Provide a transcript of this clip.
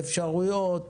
אפשרויות?